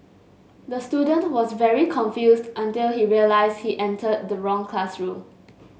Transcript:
the student was very confused until he realised he entered the wrong classroom